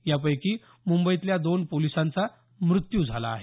यापैकी मुंबईतल्या दोन पोलिसांचा मृत्यू झाला आहे